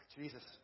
Jesus